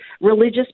religious